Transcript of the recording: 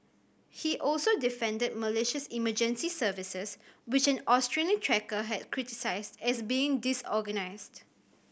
he also defended Malaysia's emergency services which an Australian trekker had criticised as being disorganised